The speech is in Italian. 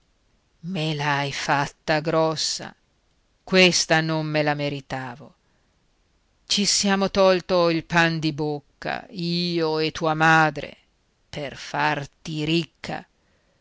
me l'hai fatta grossa questa non me la meritavo ci siamo tolto il pan di bocca io e tua madre per farti ricca